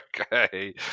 Okay